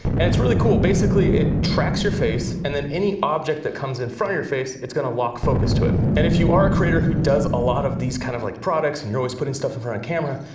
and it's really cool. basically basically it tracks your face and then any object that comes in front of your face, it's gonna lock focus to it and if you are a creator who does a lot of these kind of like products and you're always putting stuff in front of camera,